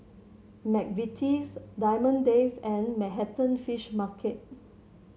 McVitie's Diamond Days and Manhattan Fish Market